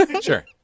Sure